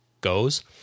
goes